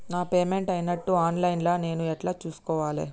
నా పేమెంట్ అయినట్టు online లా నేను ఎట్ల చూస్కోవాలే?